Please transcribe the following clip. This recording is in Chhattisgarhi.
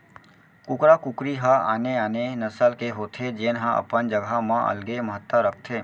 कुकरा कुकरी ह आने आने नसल के होथे जेन ह अपन जघा म अलगे महत्ता राखथे